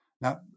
Now